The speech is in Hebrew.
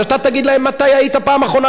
ואתה תגיד להם מתי היית פעם אחרונה